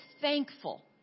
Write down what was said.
thankful